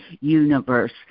universe